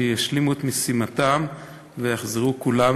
שישלימו את משימתם ויחזרו כולם